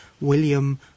William